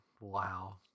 Wow